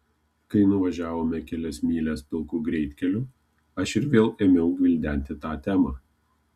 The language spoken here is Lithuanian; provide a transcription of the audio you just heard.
kai nuvažiavome kelias mylias pilku greitkeliu aš ir vėl ėmiau gvildenti tą temą